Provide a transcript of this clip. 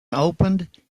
opened